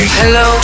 hello